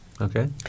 Okay